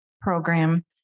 program